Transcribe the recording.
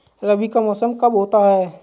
रबी का मौसम कब होता हैं?